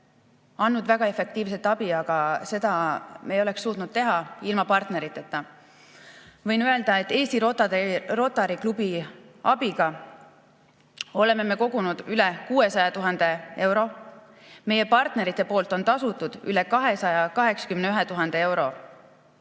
andnud väga efektiivset abi, aga seda me ei oleks suutnud teha ilma partneriteta. Võin öelda, et Eesti Rotary Klubi abiga oleme kogunud üle 600 000 euro. Meie partnerid on tasunud üle 281 000 euro.